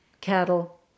cattle